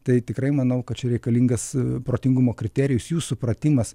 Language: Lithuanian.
tai tikrai manau kad čia reikalingas protingumo kriterijus jų supratimas